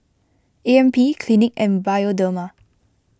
A M P Clinique and Bioderma